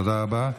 תודה רבה.